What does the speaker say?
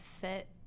fit